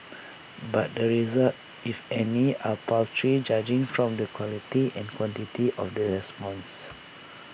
but the results if any are paltry judging from the quality and quantity of the responses